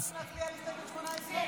יש לנו עוד הסתייגויות.